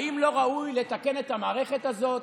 האם לא ראוי לתקן את המערכת הזאת?